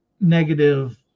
negative